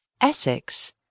essex